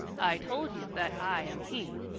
i told you that i am he.